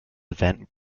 event